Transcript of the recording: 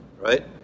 right